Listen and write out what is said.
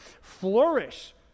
flourish